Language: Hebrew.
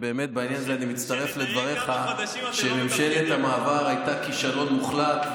בעניין הזה אני מצטרף לדבריך שממשלת המעבר הייתה כישלון מוחלט,